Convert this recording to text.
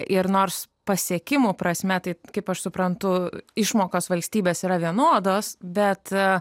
ir nors pasiekimo prasme tai kaip aš suprantu išmokos valstybės yra vienodos bet